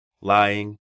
lying